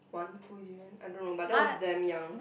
one full durian I don't know but that was damn young